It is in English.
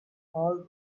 all